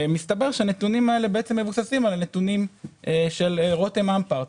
מסתבר שהנתונים האלה מבוססים על נתונים של רותם אמפרט.